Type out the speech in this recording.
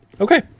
okay